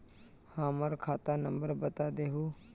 हमर खाता नंबर बता देहु?